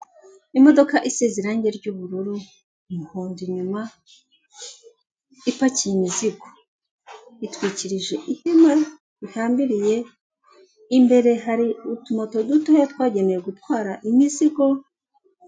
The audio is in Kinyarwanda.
Imodoka isize irange ry'ubururu umuhondo inyuma ipakiye imizigo, itwikirije ihema rihambiriye, imbere hari utumoto dutoya twagenewe gutwara imizigo.